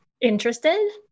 interested